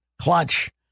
Clutch